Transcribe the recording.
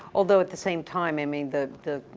although, at the same time, i mean, the, the,